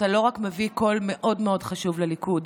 אתה לא רק מביא קול מאוד מאוד חשוב לליכוד,